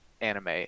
anime